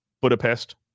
Budapest